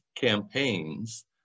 campaigns